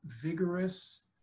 vigorous